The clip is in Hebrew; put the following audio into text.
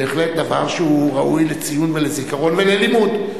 ובהחלט הוא דבר שהוא ראוי לציון ולזיכרון וללימוד.